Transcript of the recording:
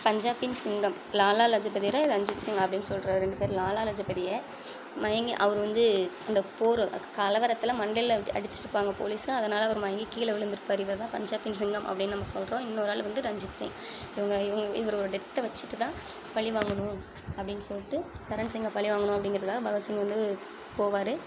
பஞ்சாப்பின் சிங்கம் லாலா லஜபதிராய் ரஞ்சித்சிங் அப்படின்னு சொல்கிற ரெண்டு பேர் லாலா லஜபதிய மயங்கி அவர் வந்து அந்தப் போற கலவரத்தில் மண்டைல அடி அடிச்சிருப்பாங்க போலீஸு அதனால் அவர் மயங்கி கீழே விழுந்துருப்பாரு இவர் தான் பஞ்சாப்பின் சிங்கம் அப்படின்னு நம்ம சொல்கிறோம் இன்னொரு ஆள் வந்து ரஞ்சித்சிங் இவங்க இவங்க இவர் ஒரு டெத்தை வச்சிட்டு தான் பழி வாங்கணும் அப்படின்னு சொல்லிட்டு சரண்சிங்க பழி வாங்கணும் அப்படிங்கறதுக்காக பகத்சிங் வந்து போவார்